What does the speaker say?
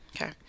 Okay